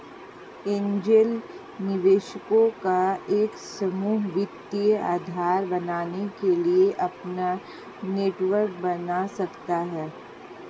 angel निवेशकों का एक समूह वित्तीय आधार बनने के लिए अपना नेटवर्क बना सकता हैं